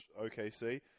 OKC